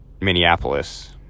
Minneapolis